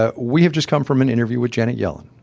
ah we have just come from an interview with janet yellen,